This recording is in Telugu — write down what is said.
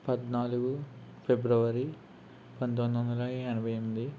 పద్నాలుగు ఫిబ్రవరి పంతొమ్మిది వందల ఎనభై ఎనిమిది